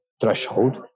threshold